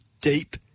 deep